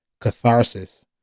catharsis